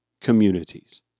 communities